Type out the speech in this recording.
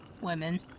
women